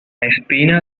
espina